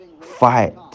Fight